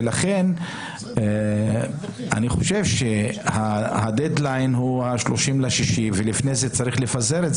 ולכן אני חושב שהדד-ליין הוא ה-30 ביוני ולפני זה צריך לפזר,